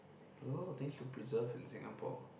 a lot of things to preserve in Singapore